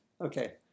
Okay